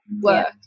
work